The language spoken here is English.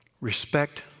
Respect